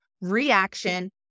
reaction